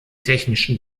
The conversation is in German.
technischen